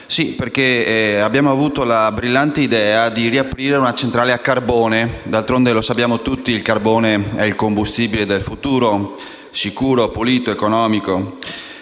dell'aria. Abbiamo avuto la brillante idea di riaprire una centrale a carbone. Sappiamo tutti che il carbone è il combustibile del futuro: sicuro, pulito ed economico